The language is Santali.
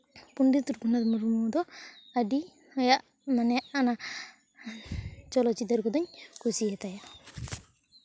ᱯᱚᱸᱰᱮᱛ ᱨᱟᱹᱜᱷᱩᱱᱟᱛᱷ ᱢᱩᱨᱢᱩ ᱫᱚ ᱟᱹᱰᱤ ᱟᱭᱟᱜ ᱢᱟᱱᱮ ᱪᱚᱞᱚᱛ ᱪᱤᱛᱟᱹᱨ ᱠᱚᱫᱚᱧ ᱠᱩᱥᱤᱭᱟᱛᱟᱭᱟ